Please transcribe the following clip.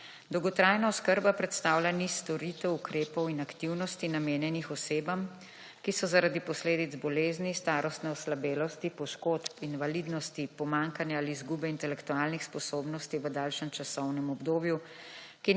Dolgotrajna oskrba predstavlja niz storitev, ukrepov in aktivnosti namenjenih osebam, ki so zaradi posledic bolezni, starostne oslabelosti, poškodb, invalidnost, pomanjkanja ali izgube intelektualnih sposobnosti v daljšem časovnem obdobju,